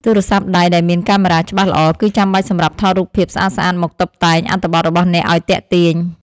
ទូរស័ព្ទដៃដែលមានកាមេរ៉ាច្បាស់ល្អ គឺចាំបាច់សម្រាប់ថតរូបភាពស្អាតៗមកតុបតែងអត្ថបទរបស់អ្នកឱ្យទាក់ទាញ។